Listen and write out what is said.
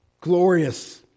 glorious